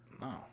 no